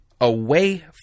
away